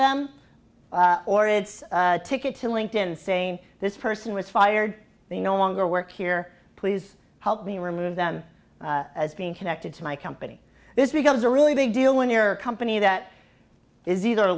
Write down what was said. them or it's a ticket to linked in saying this person was fired they no longer work here please help me remove them as being connected to my company this becomes a really big deal when you're a company that is either